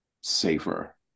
safer